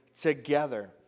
together